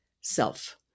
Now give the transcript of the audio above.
self